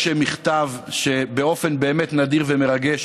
יש מכתב, שבאופן באמת נדיר ומרגש